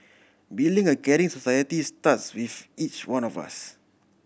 building a caring society starts with each one of us